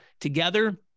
Together